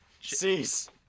Cease